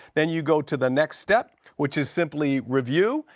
then you go to the next step, which is simply review,